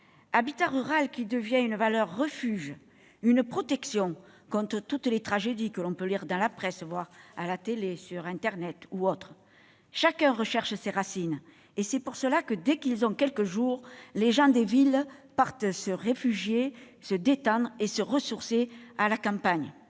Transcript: l'habitat rural. Celui-ci devient une valeur refuge, une protection : face à toutes les tragédies que l'on peut lire dans la presse ou voir à la télévision, sur internet ou autrement encore, chacun recherche ses racines, et c'est pour cela que, dès qu'ils ont quelques jours, les gens des villes partent se réfugier, se détendre et se ressourcer à la campagne.